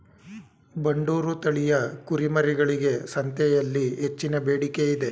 ಬಂಡೂರು ತಳಿಯ ಕುರಿಮರಿಗಳಿಗೆ ಸಂತೆಯಲ್ಲಿ ಹೆಚ್ಚಿನ ಬೇಡಿಕೆ ಇದೆ